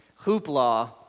hoopla